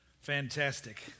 fantastic